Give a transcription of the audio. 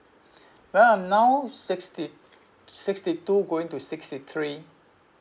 well I'm now sixty sixty two going to sixty three